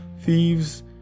thieves